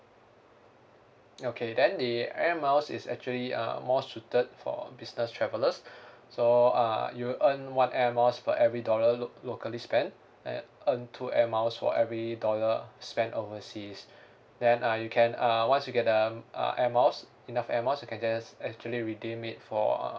okay then the air miles is actually uh more suited for business travellers so uh you'll earn one air miles per every dollar lo~ locally spent and earn two air miles for every dollar spent overseas then uh you can uh once you get the uh air miles enough air miles you can just actually redeem it for uh